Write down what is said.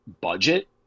budget